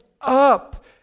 up